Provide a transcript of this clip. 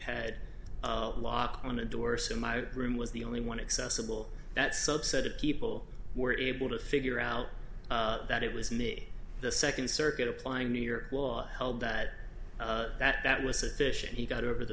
head lock on a door so my room was the only one accessible that subset of people were able to figure out that it was me the second circuit applying new york law held that that was sufficient he got over the